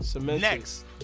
Next